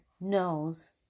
knows